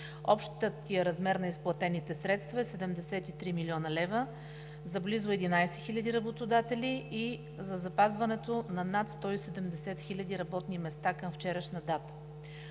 Общият размер на изплатените средства е 73 млн. лв. на близо 11 000 работодатели за запазването на над 170 000 работни места към вчерашна дата.